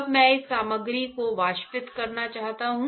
अब मैं इस सामग्री को वाष्पित करना चाहता हूं